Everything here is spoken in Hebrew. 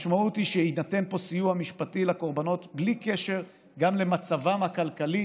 המשמעות היא שיינתן פה סיוע משפטי לקורבנות גם בלי קשר למצבם הכלכלי,